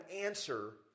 answer